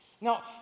Now